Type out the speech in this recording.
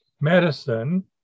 Medicine